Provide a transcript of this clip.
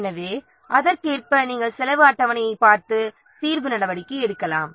எனவே அதற்கேற்ப நாம் செலவு அட்டவணையைப் பார்த்து தீர்வு நடவடிக்கை எடுக்கலாம்